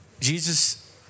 Jesus